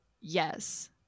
yes